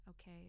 okay